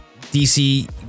DC